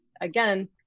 again